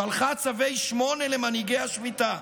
שלחה צווי 8 למנהיגי השביתה,